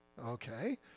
Okay